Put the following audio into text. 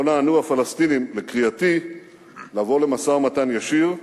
לא נענו הפלסטינים לקריאתי לבוא למשא-ומתן ישיר,